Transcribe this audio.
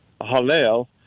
Hallel